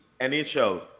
NHL